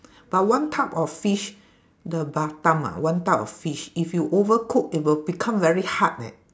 but one type of fish the batang ah one type of fish if you overcook it will become very hard eh